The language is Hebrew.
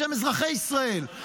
בשם אזרחי ישראל.